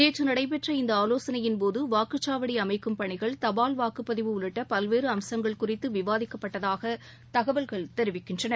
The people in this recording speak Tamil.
நேற்று நடைபெற்ற இந்த ஆவோசனையின்போது வாக்குச்சாவடி அமைக்கும் பணிகள் தபால் வாக்குப்பதிவு உள்ளிட்ட பல்வேறு அம்சங்கள் குறித்து விவாதிக்கப்பட்டதாக தகவல்கள் தெரிவிக்கின்றன